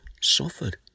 suffered